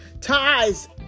ties